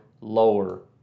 lower